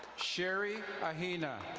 sherry ahina.